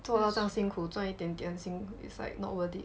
做到这样辛苦赚一点点薪 is like not worth it